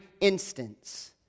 instance